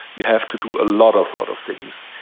you have to do a lot of, lot of things.